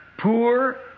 poor